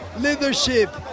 leadership